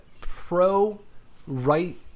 pro-right